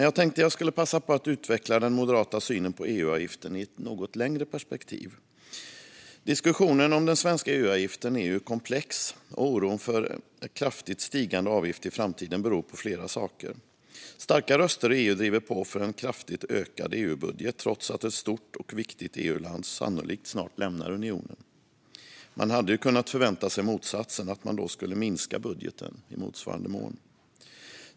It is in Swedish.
Jag tänkte passa på att utveckla den moderata synen på EU-avgiften i ett något längre perspektiv. Diskussionen om den svenska EU-avgiften är komplex, och oron för en kraftigt stigande avgift i framtiden beror på flera saker. Starka röster i EU driver på för en kraftigt höjd EU-budget, trots att ett stort och viktigt EU-land sannolikt snart lämnar unionen. Vi hade kunnat förvänta oss motsatsen, att man skulle minska budgeten i motsvarande mån.